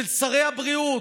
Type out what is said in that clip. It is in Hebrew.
אצל שרי הבריאות,